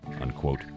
Unquote